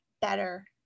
better